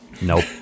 Nope